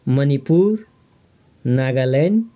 Manipur Nagaland